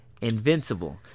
Invincible